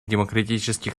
демократических